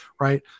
right